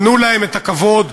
תנו להם את הכבוד,